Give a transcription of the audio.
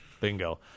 bingo